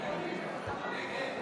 (קוראת בשמות חברי הכנסת)